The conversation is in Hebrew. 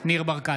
ניר ברקת,